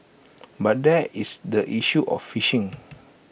but there is the issue of fishing